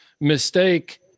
mistake